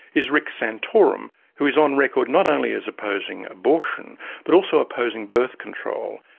is rick santorum who is on record not only as opposing abortion but also opposing birth control.